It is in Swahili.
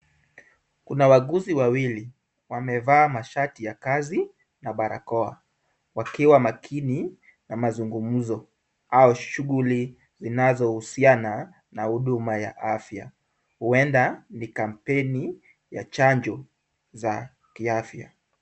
Kuna wauguzi wawili wamevaa mashati ya kazi na barakoa wakiwa makini na mazugumzo au shughuli zinazohusiana na huduma ya afya. Huenda ni kampeni ya chanjo za kiafya.